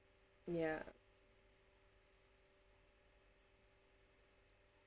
ya